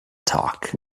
talk